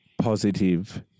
positive